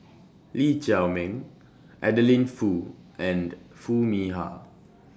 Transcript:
Lee Chiaw Meng Adeline Foo and Foo Mee Har